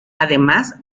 además